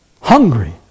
Hungry